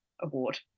award